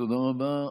תודה רבה.